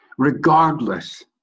Regardless